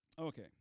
Okay